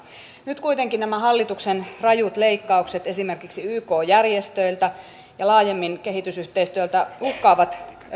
nyt kuitenkin nämä hallituksen rajut leikkaukset esimerkiksi yk järjestöiltä ja laajemmin kehitysyhteistyöltä uhkaavat